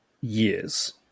years